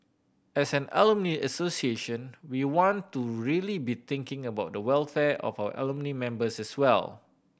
as an alumni association we want to really be thinking about the welfare of our alumni members as well